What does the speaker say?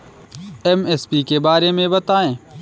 MSP के बारे में बतायें?